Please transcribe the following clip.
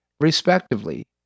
respectively